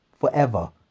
forever